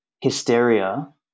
hysteria